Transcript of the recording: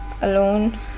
alone